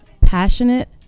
passionate